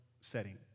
setting